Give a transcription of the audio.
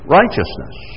righteousness